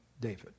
David